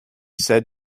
said